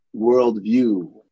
worldview